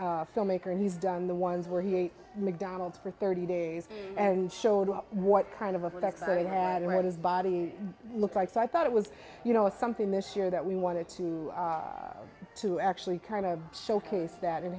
a filmmaker and he's done the ones where he a mcdonald's for thirty days and showed what kind of effect it had where this body looked like so i thought it was you know something this year that we wanted to to actually kind of showcase that